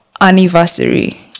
anniversary